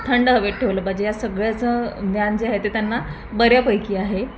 थंड हवेत ठेवलं पाहिजे या सगळ्याचं ज्ञान जे आहे ते त्यांना बऱ्यापैकी आहे